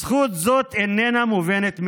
זכות זו איננה מובנת מאליה,